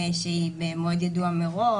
שהיא במועד ידוע מראש,